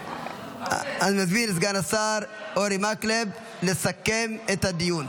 אני מזמין את סגן השר אורי מקלב לסכם את הדיון.